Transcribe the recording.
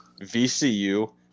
VCU